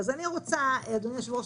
אדוני היושב-ראש,